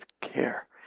care